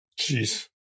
Jeez